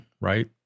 right